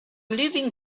leaving